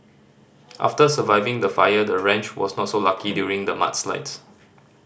after surviving the fire the ranch was not so lucky during the mudslides